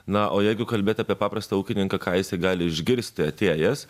na o jeigu kalbėt apie paprastą ūkininką ką jisai gali išgirsti atėjęs